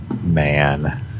Man